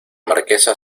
marquesa